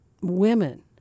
women